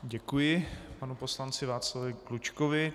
Děkuji panu poslanci Václavu Klučkovi.